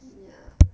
ya